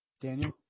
Daniel